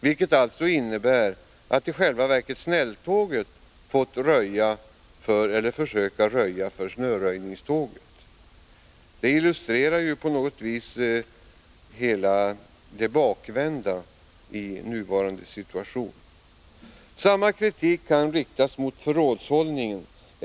Det innebär alltså i själva verket att snälltåget har fått försöka röja för snöröjningståget. Det illustrerar det bakvända i den nuvarande situationen. Samma kritik kan riktas mot förrådshållningen.